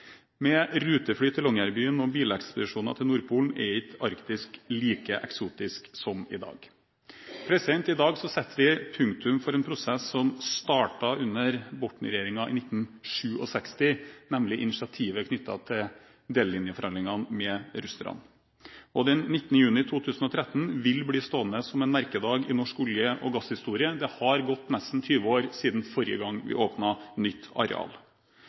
Med rutefly til Longyearbyen og bilekspedisjoner til Nordpolen er ikke Arktis like eksotisk i dag. I dag setter vi punktum for en prosess som startet under Borten-regjeringen i 1967, nemlig initiativet knyttet til delelinjeforhandlingene med russerne. Den 19. juni 2013 vil bli stående som en merkedag i norsk olje- og gasshistorie. Det har gått nesten 20 år siden forrige gang vi åpnet nytt areal.